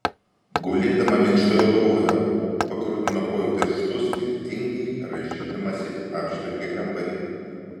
gulėdama minkštoje lovoje pakrutino kojų pirštus ir tingiai rąžydamasi apžvelgė kambarį